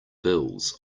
bills